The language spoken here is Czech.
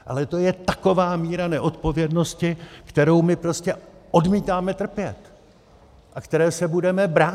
Ale to je taková míra neodpovědnosti, kterou my prostě odmítáme trpět a které se budeme bránit!